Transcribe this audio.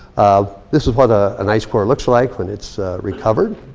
ah this is what ah an ice core looks like when it's recovered.